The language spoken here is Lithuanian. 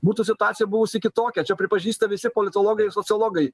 būtų situacija buvusi kitokia čia pripažįsta visi politologai ir sociologai